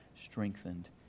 strengthened